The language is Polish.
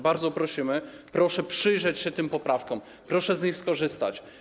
Bardzo prosimy, proszę przyjrzeć się tym poprawkom, proszę z nich skorzystać.